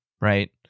right